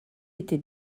était